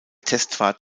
testfahrt